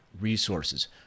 resources